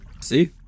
See